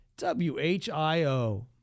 WHIO